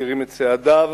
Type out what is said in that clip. מצרים את צעדיו,